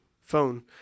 phone